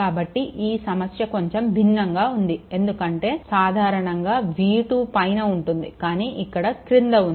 కాబట్టి ఈ సమస్య కొంచెం భిన్నంగా ఉంది ఎందుకంటే సాధారణంగా v2 పైన ఉంటుంది కానీ ఇక్కడ క్రింద ఉంది